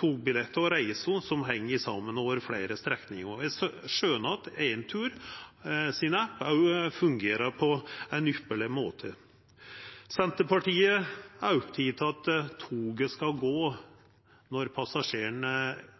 togbillettar og reiser som heng saman over fleire strekningar. Eg skjønar at Enturs app òg fungerer på ein ypparleg måte. Senterpartiet er oppteke av at toget skal gå når passasjerane